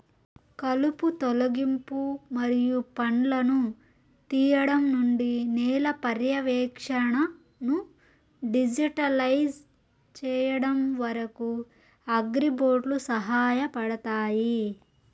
కలుపు తొలగింపు మరియు పండ్లను తీయడం నుండి నేల పర్యవేక్షణను డిజిటలైజ్ చేయడం వరకు, అగ్రిబోట్లు సహాయపడతాయి